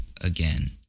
again